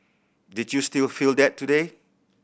did you still feel that today